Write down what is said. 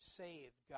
saved